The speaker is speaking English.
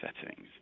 settings